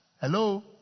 Hello